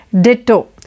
Ditto